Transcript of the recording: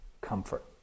comfort